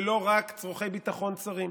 ולא רק צורכי ביטחון צרים.